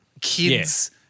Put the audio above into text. kids